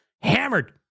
hammered